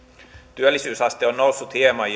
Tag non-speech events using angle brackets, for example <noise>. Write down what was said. työllisyysaste on noussut hieman <unintelligible>